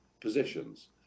positions